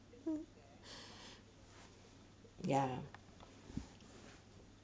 ya